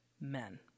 men